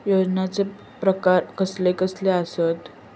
योजनांचे प्रकार कसले कसले असतत?